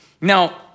Now